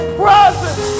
presence